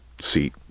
seat